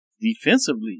defensively